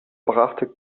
brachte